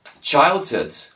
childhood